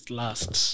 last